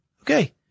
Okay